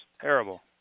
Terrible